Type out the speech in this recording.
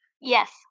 Yes